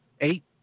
Eight